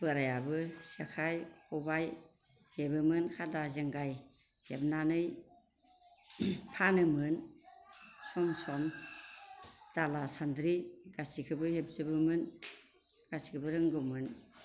बोराइयाबो जेखाय खबाइ हेबोमोन खादा जेंगाय हेबनानै फानोमोन सम सम दाला सान्द्रि गासैखौबो हेबजोबोमोन गासैखौबो रोंगौमोन